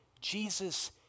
Jesus